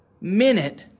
minute